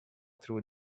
through